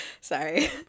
Sorry